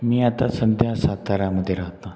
मी आता सध्या साताऱ्यामध्ये राहता